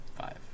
Five